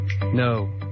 No